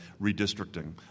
redistricting